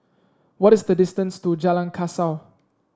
what is the distance to Jalan Kasau